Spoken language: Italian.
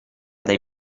dai